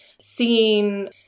seeing